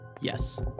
yes